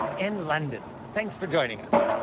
in london. thanks for joining us.